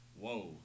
whoa